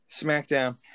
SmackDown